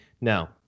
Now